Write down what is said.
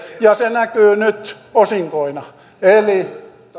ja se näkyy nyt osinkoina eli